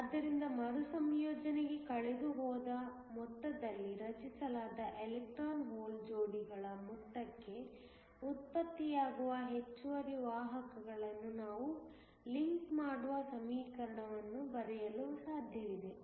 ಆದ್ದರಿಂದ ಮರುಸಂಯೋಜನೆಗೆ ಕಳೆದುಹೋದ ಮೊತ್ತದಲ್ಲಿ ರಚಿಸಲಾದ ಎಲೆಕ್ಟ್ರಾನ್ ಹೋಲ್ ಜೋಡಿಗಳ ಮೊತ್ತಕ್ಕೆ ಉತ್ಪತ್ತಿಯಾಗುವ ಹೆಚ್ಚುವರಿ ವಾಹಕಗಳನ್ನು ನಾವು ಲಿಂಕ್ ಮಾಡುವ ಸಮೀಕರಣವನ್ನು ಬರೆಯಲು ಸಾಧ್ಯವಿದೆ